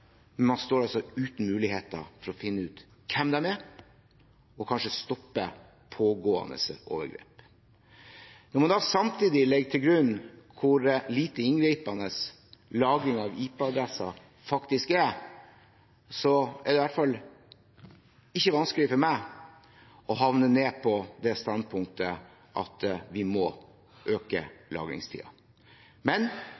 men man står altså uten mulighet til å finne ut hvem de er, og kanskje stoppe pågående overgrep. Når en da samtidig legger til grunn hvor lite inngripende lagring av IP-adresser faktisk er, er det i hvert fall ikke vanskelig for meg å havne på det standpunktet at vi må øke lagringstiden. Men